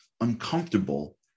uncomfortable